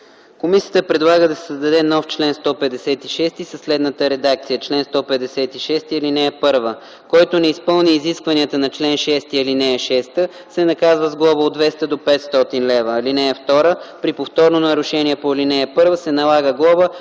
Комисията предлага да се създаде нов чл. 156 със следната редакция: „Чл. 156. (1) Който не изпълни изискванията на чл. 6, ал. 6, се наказва с глоба от 200 до 500 лв. (2) При повторно нарушение по ал. 1 се налага глоба